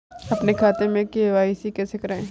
अपने खाते में के.वाई.सी कैसे कराएँ?